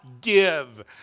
give